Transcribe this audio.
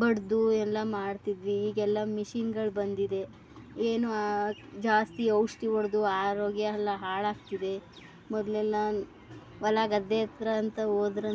ಬಡಿದು ಎಲ್ಲ ಮಾಡ್ತಿದ್ವಿ ಈಗೆಲ್ಲ ಮಿಷಿನ್ಗಳು ಬಂದಿದೆ ಏನು ಆ ಜಾಸ್ತಿ ಔಷಧಿ ಹೊಡೆದು ಆರೋಗ್ಯ ಎಲ್ಲ ಹಾಳಾಗ್ತಿದೆ ಮೊದಲೆಲ್ಲ ಹೊಲ ಗದ್ದೆ ಹತ್ತಿರ ಅಂತ ಹೋದ್ರೂ